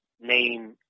name